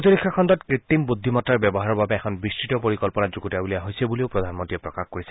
প্ৰতিৰক্ষা খণ্ডত কৃত্ৰিম বুদ্ধিমতাৰ ব্যৱহাৰৰ বাবে এখন বিস্তৃত পৰিকল্পনা যুগুতাই উলিওৱা হৈছে বুলিও প্ৰধানমন্ত্ৰীয়ে প্ৰকাশ কৰিছে